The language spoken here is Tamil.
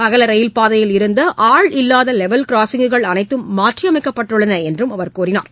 அகல ரயில்பாதையில் இருந்த ஆள் இல்லாத லெவல் கிராஸிங்குகள் அனைத்தும் மாற்றியமைக்கப்பட்டுள்ளன என்றும் அவர் கூறினார்